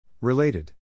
related